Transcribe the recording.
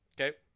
okay